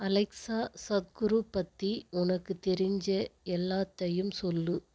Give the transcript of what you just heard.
Alexa Sadhguru பற்றி உனக்குத் தெரிஞ்ச எல்லாத்தையும் சொல்